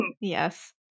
Yes